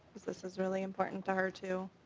this this is really important to her too.